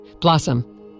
Blossom